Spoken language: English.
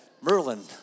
Merlin